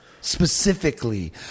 specifically